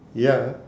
ya